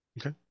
okay